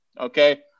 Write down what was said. Okay